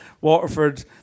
Waterford